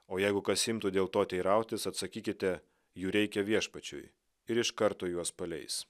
o jeigu kas imtų dėl to teirautis atsakykite jų reikia viešpačiui ir iš karto juos paleis